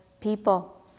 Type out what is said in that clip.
people